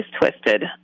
twisted